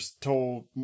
told